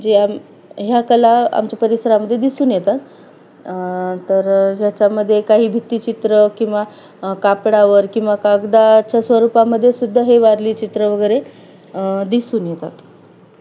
जे आम ह्या कला आमच्या परिसरामध्ये दिसून येतात तर ह्याच्यामध्ये काही भित्ती चित्र किंवा कापडावर किंवा कागदाच्या स्वरूपामध्ये सुद्धा हे वारली चित्र वगैरे दिसून येतात